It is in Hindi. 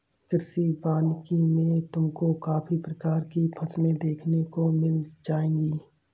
कृषि वानिकी में तुमको काफी प्रकार की फसलें देखने को मिल जाएंगी